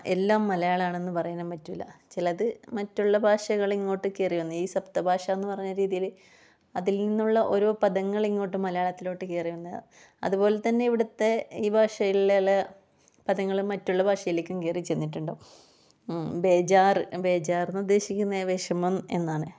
എല്ലാം മലയാളം ആണെന്ന് പറയാനും പറ്റില്ല ചിലത് മറ്റുള്ള ഭാഷകൾ ഇങ്ങോട്ട് കേറി വന്ന് ഈ സപ്തഭാഷാന്ന് പറഞ്ഞ രീതിയില് അതിൽനിന്നുള്ള ഓരോ പദങ്ങളിങ്ങോട്ട് മലയാളത്തിലോട്ട് കേറി വന്നതാണ് അതുപോലെതന്നെ ഇവിടുത്തെ ഈ ഭാഷയിലുള്ള പദങ്ങള് മറ്റുള്ള ഭാഷയിലേക്കും കേറി ചെന്നിട്ടുണ്ട് ബേജാറ് ബേജാറ്ന്ന് ഉദ്ദേശിക്കുന്നത് വിഷമം എന്നാണ്